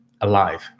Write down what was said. alive